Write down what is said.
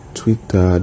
twitter